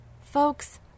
folks